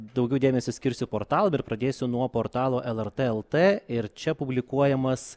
daugiau dėmesio skirsiu portalam ir pradėsiu nuo portalo lrt lt ir čia publikuojamas